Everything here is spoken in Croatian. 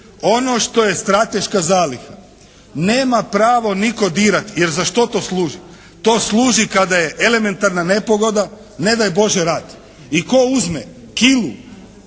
Ono što je strateška zaliha nema pravo nitko dirati jer za što to služi? To služi kada je elementarna nepogoda, ne daj Bože rat. I tko uzme kilu